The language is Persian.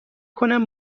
کنم